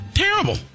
Terrible